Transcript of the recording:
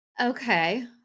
Okay